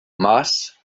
mass